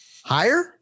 Higher